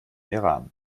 iran